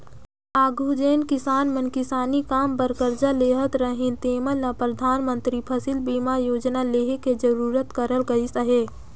आघु जेन किसान मन किसानी काम बर करजा लेहत रहिन तेमन ल परधानमंतरी फसिल बीमा योजना लेहे ले जरूरी करल गइस अहे